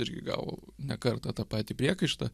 irgi gavo ne kartą tą patį priekaištą